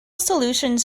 solutions